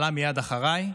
עלה מייד אחריי,